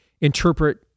interpret